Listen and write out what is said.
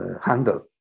handle